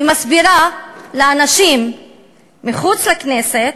ומסבירה לאנשים מחוץ לכנסת,